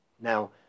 Now